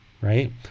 right